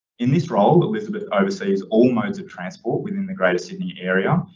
in this role, elizabeth oversees all modes of transport within the greater sydney area,